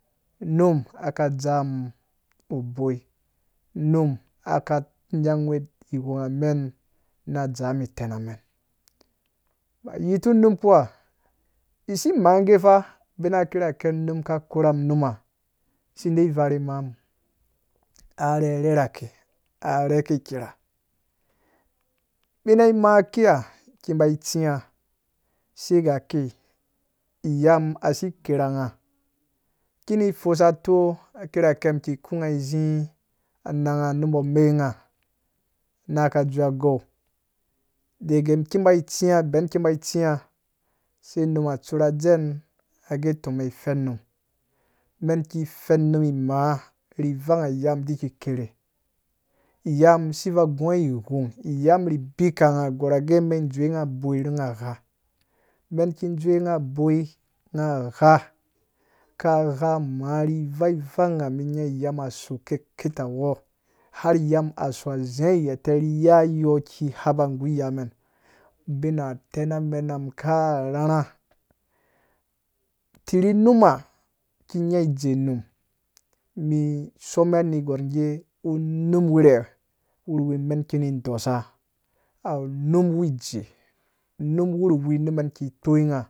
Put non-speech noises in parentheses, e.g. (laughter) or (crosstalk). Unum aka dzaa mum bɔi unum aka nyanguwe hwunga mem na dzaa mum tɛnamen uyiyu num kpuwa isi maye fa abina kirha ke unum aka kowamu numu isildi varhu mamu arherherake a rheke kerha umum na ma ikia iki bai tsiwã sai ga kei kirha ngaiki na fusatɔ kirha ke me izi ananga nu bɔ a mei nga nei ga dzewe a gwo daga mum bai tsi benba tsiwa sri anuma tsura dzen age tɔ umen fɛn unum unem iki unum maa ri vanga iyamum diki ki ke rhe. iyamum isi vui guwa hwui, iyamum ri bika nga agɔrha ge men dzewe nga bɔi ri ngagha men iki dzewe nga bɔi ka ghamaa ri vai vai mum nya iyamum a so keke tawɔ har iyamum a so zea gheta i ya yu iki ghapa ri yamen ubina tena menamu ka rhurhu tirhi numa iki nya ijeeunum me some ner gwar igɛ unum wirhe wurhuwi me iki nu dɔso awu unum wu ijee unum (unintelligible)